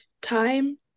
time